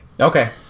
okay